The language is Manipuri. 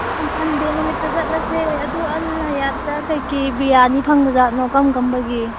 ꯑ ꯁꯟꯗꯦ ꯅꯨꯃꯤꯠꯇ ꯆꯠꯂꯁꯦ ꯑꯗꯨ ꯑꯜ ꯍꯌꯥꯠꯇ ꯀꯔꯤ ꯀꯔꯤ ꯕꯤꯔꯌꯥꯅꯤ ꯐꯪꯕ ꯖꯥꯠꯅꯣ ꯀꯔꯝ ꯀꯔꯝꯕꯒꯤ